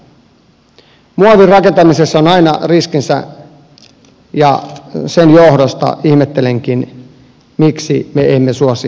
muovirakentamisessa on aina riskinsä ja sen johdosta ihmettelenkin miksi me emme suosi puurakentamista